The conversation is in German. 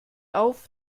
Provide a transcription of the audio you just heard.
auf